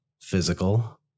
physical